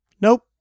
Nope